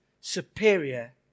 superior